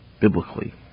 biblically